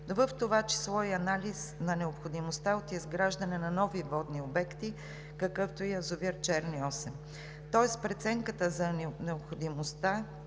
в това число и анализ на необходимостта от изграждането на нови водни обекти, какъвто е язовир „Черни Осъм“. Тоест преценката за необходимостта